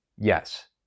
Yes